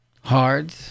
hard